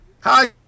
Hi